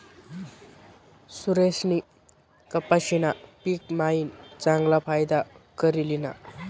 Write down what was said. सुरेशनी कपाशीना पिक मायीन चांगला फायदा करी ल्हिना